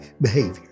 behavior